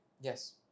Yes